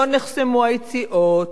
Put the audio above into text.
לא נחסמו היציאות,